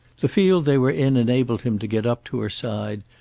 the field they were in enabled him to get up to her side,